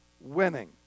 winning